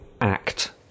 act